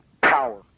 power